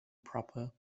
proper